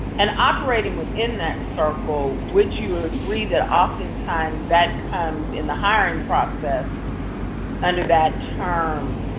and operating within that circle, would you agree that often times that comes in the hiring process under that term,